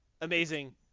amazing